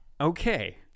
Okay